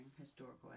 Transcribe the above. historical